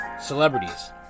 Celebrities